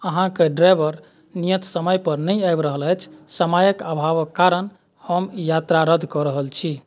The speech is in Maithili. अहाँकेँ ड्राइवर नियत समय पर नहि आबि रहल अछि समयक अभावक कारण हम यात्रा रद्द कऽ रहल छी